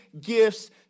gifts